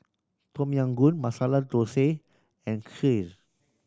Tom Yam Goong Masala Dosa and Kheer